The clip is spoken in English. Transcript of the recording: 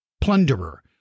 Plunderer